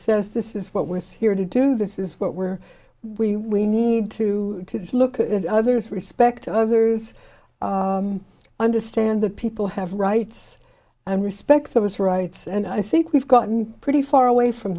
says this is what we're here to do this is what we're we need to look at others respect others understand that people have rights and respect those rights and i think we've gotten pretty far away from